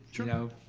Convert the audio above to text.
you know?